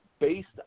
Based